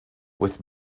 with